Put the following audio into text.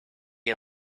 get